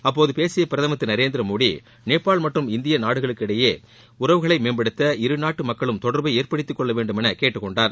அப்போது பேசிய பிரதமர் திரு நரேந்திர மோடி நேபாள் மற்றும் இந்திய நாடுகளுக்கு இடையே உறவுகளை மேம்படுத்த இருநாட்டு மக்களும் தொடர்பை ஏற்படுத்தி கொள்ள வேண்டும் என கேட்டுக்கொண்டார்